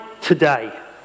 today